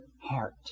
heart